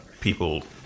people